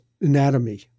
anatomy